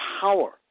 power